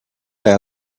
ought